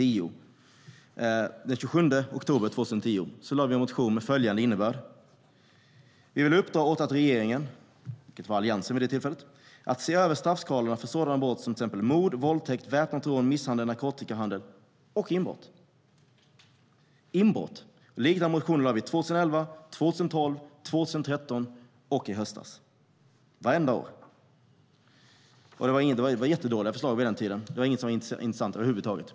Den 27 oktober 2010 väckte vi en motion med innebörden att vi ville uppdra åt alliansregeringen att se över straffskalorna för sådana brott som mord, våldtäkt, väpnat rån, misshandel, narkotikahandel och inbrott. Liknande motioner väckte vi 2011, 2012, 2013 och i höstas, vartenda år. Då var det jättedåliga förslag, tyckte Alliansen. Det var inte intressant över huvud taget.